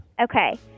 Okay